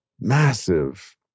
massive